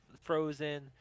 frozen